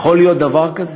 יכול להיות דבר כזה?